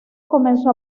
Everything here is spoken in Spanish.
comenzó